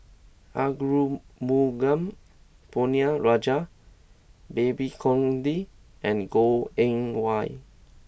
Arumugam Ponnu Rajah Babes Conde and Goh Eng Wah